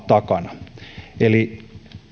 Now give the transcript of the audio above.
takana eli